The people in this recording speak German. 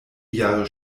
jahre